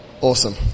awesome